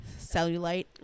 cellulite